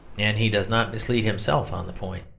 and he does not mislead himself on the point.